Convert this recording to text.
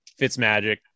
Fitzmagic